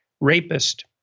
rapist